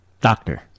doctor